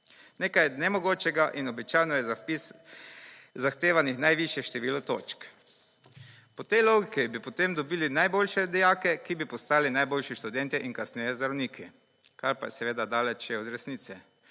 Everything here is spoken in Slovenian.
Nekaj nemogočega in običajno je za vpis zahtevanih najvišje število točk. Po tej logiki bi potem dobili najboljše dijake, ki bi postali najboljši študentje in kasneje zdravniki, kar pa je seveda daleč še od resnice.